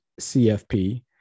CFP